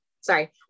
Sorry